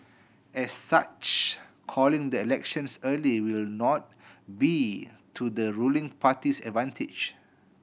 as such calling the elections early will not be to the ruling party's advantage